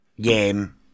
game